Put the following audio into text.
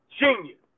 genius